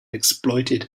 exploited